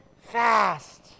fast